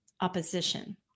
opposition